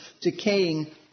decaying